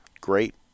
Great